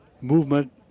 movement